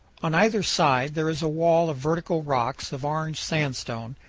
on either side there is a wall of vertical rock of orange sandstone,